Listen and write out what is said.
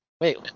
Wait